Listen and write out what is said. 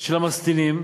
של המשטינים,